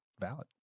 valid